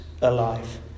alive